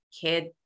kid